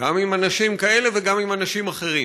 גם עם אנשים כאלה וגם עם אנשים אחרים.